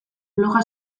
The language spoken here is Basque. bloga